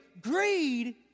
Greed